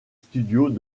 studios